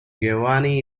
giovanni